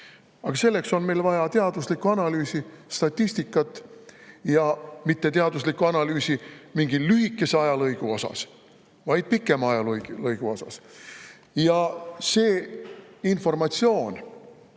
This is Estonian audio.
Aga selleks on meil vaja teaduslikku analüüsi, statistikat, ja teaduslikku analüüsi mitte mingi lühikese ajalõigu kohta, vaid pikema ajalõigu kohta. Ja see informatsioon,